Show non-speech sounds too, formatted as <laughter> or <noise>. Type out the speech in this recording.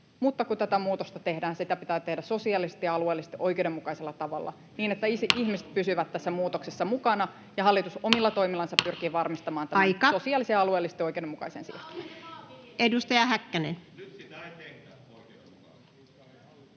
Mutta kun tätä muutosta tehdään, sitä pitää tehdä sosiaalisesti ja alueellisesti oikeudenmukaisella tavalla, <noise> niin että ihmiset pysyvät tässä muutoksessa mukana, ja hallitus omilla toimillansa pyrkii varmistamaan [Puhemies: Aika!] tämän sosiaalisesti ja alueellisesti oikeudenmukaisen siirtymän. [Sanna Antikainen: